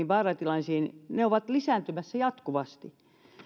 vaaratilanteet ovat lisääntymässä jatkuvasti